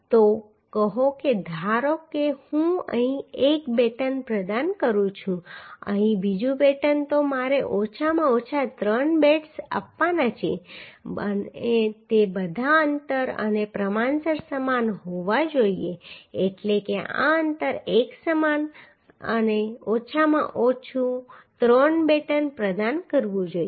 તો કહો કે ધારો કે હું અહીં એક બેટન પ્રદાન કરું છું અહીં બીજું બેટન તો મારે ઓછામાં ઓછા ત્રણ બેટ્સ આપવાના છે અને તે બધા અંતર અને પ્રમાણસર સમાન હોવા જોઈએ એટલે કે આ અંતર એકસમાન અને ઓછામાં ઓછું ત્રણ બેટન પ્રદાન કરવું જોઈએ